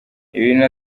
ibintu